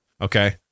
Okay